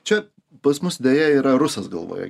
čia pas mus deja yra rusas galvoje